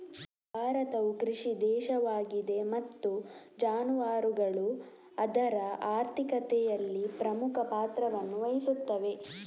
ಭಾರತವು ಕೃಷಿ ದೇಶವಾಗಿದೆ ಮತ್ತು ಜಾನುವಾರುಗಳು ಅದರ ಆರ್ಥಿಕತೆಯಲ್ಲಿ ಪ್ರಮುಖ ಪಾತ್ರವನ್ನು ವಹಿಸುತ್ತವೆ